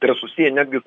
tai yra susiję netgi